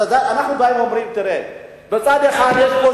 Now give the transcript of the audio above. אנחנו באים ואומרים: בצד אחד יש פה,